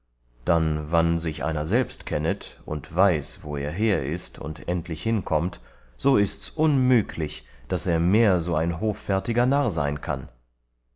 dann wann sich einer selbst kennet und weiß wo er her ist und endlich hinkommt so ists unmüglich daß er mehr so ein hoffärtiger narr sein kann